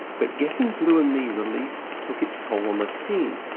but getting blue and me released took its toll on the team,